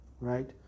Right